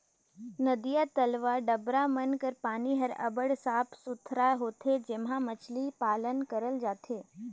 नदिया, तलवा, डबरा मन कर पानी हर अब्बड़ साफ सुथरा होथे जेम्हां मछरी पालन करल जाथे